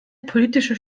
politische